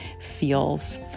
feels